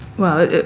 well,